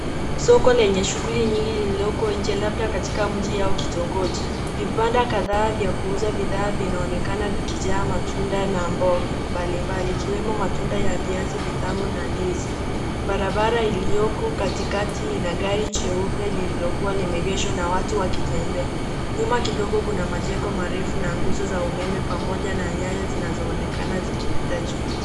Soko lenye shughuli nyinyi lililoko nje labda katika mji au kitongoji. Vibanda kadhaa vya kuuza bidhaa vinaonekana vikijaa matunda na mboga mbalimbali ikiwemo matunda ya viazi vitamu na ndizi. Barabara iliyoko katikati ina gari cheupe lilokuwa limeegeshwa na watu wakitembea. Nyuma kidogo kuna majengo marefu na nguzo za umeme pamoja na nyaya zinazoonekana zikipita juu.